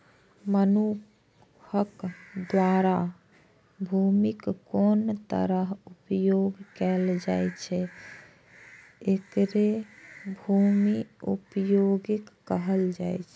मनुक्ख द्वारा भूमिक कोन तरहें उपयोग कैल जाइ छै, एकरे भूमि उपयोगक कहल जाइ छै